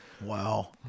Wow